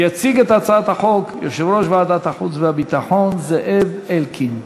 יציג את הצעת החוק יושב-ראש ועדת החוץ והביטחון זאב אלקין.